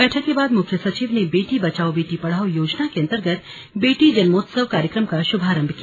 बैठक के बाद मुख्य सचिव ने बेटी बचाओ बेटी पढाओ योजना के अंतर्गत बेटी जन्मोत्सव कार्यक्रम का शुभारंभ किया